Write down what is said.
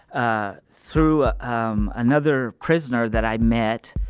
ah, through, um, another prisoner that i met,